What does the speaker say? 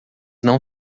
não